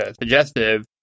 suggestive